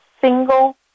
single